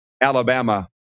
Alabama